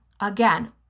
again